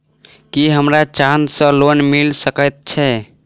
की हमरा चांदी सअ लोन मिल सकैत मे?